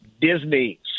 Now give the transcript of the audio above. Disney